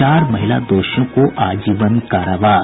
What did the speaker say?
चार महिला दोषियों को आजीवन कारावास